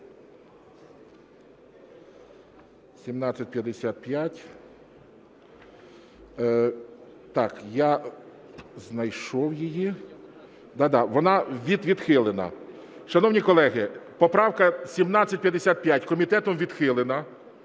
1755. Так, я знайшов її. Да-да, вона відхилена. Шановні колеги, поправка 1755 комітетом відхилена.